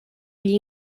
gli